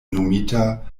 nomita